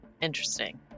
interesting